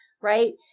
right